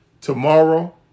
tomorrow